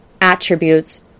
attributes